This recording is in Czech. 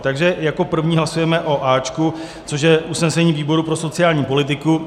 Takže jako první hlasujeme o A, což je usnesení výboru pro sociální politiku.